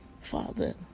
Father